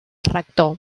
rector